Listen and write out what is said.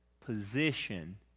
position